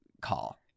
call